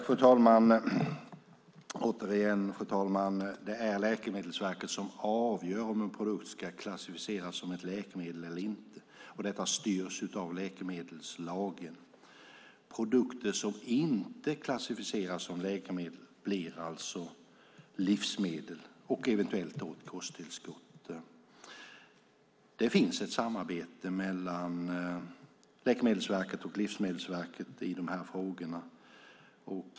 Fru talman! Återigen, det är Läkemedelsverket som avgör om en produkt ska klassificeras som ett läkemedel eller inte. Detta styrs av läkemedelslagen. Produkter som inte klassificeras som läkemedel blir alltså livsmedel och eventuellt kosttillskott. Det finns ett samarbete mellan Läkemedelsverket och Livsmedelsverket i de här frågorna.